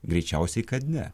greičiausiai kad ne